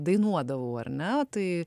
dainuodavau ar ne tai